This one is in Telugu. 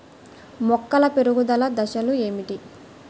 మొక్కల పెరుగుదల దశలు ఏమిటి?